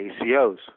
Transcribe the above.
ACOs